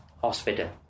Hospital